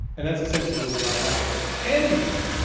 and that's essentially where we are now. so anything,